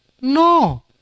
No